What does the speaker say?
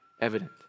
evident